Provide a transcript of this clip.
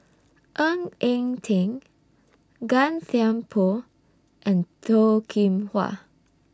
Ng Eng Teng Gan Thiam Poh and Toh Kim Hwa